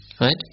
Right